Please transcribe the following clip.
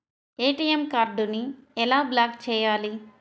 ATM కార్డుని ఎలా block చేయాలి?